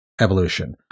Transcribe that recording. evolution